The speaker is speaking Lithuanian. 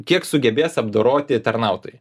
kiek sugebės apdoroti tarnautojai